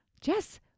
Jess